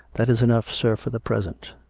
that is enough, sir, for the present.